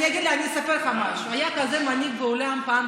אני אספר לך משהו: היה כזה מנהיג בעולם פעם,